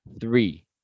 Three